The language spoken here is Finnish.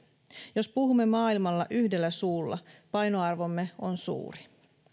jos puhumme maailmalla yhdellä suulla painoarvomme on suuri